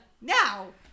now